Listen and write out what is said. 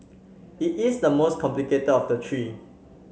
it is the most complicated of the three